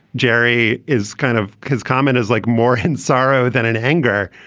jerry is kind of. his comment is like more in sorrow than in anger.